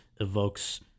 evokes